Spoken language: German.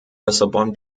lissabon